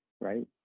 right